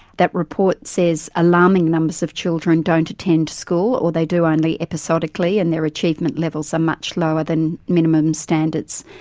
that report says alarming numbers of children don't attend school, or they do only episodically and their achievement levels are much lower than minimum standards,